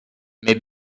mais